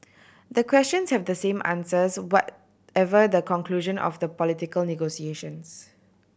the questions have the same answers whatever the conclusion of the political negotiations